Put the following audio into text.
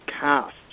cast